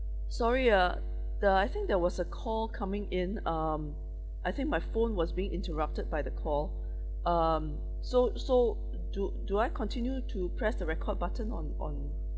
sorry uh the I think there was a call coming in um I think my phone was being interrupted by the call um so so do do I continue to press the record button on on